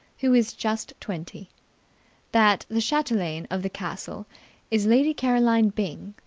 who is just twenty that the chatelaine of the castle is lady caroline byng,